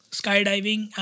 skydiving